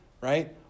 right